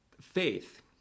Faith